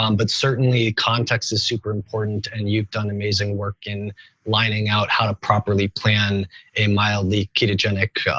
um but certainly context is super important and you've done amazing work in lining out how to properly plan a mildly, ketogenic,